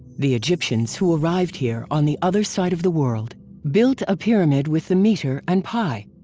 the egyptians who arrived here on the other side of the world built a pyramid with the meter and pi.